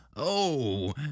Oh